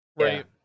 right